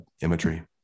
imagery